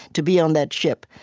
to be on that ship,